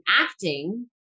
acting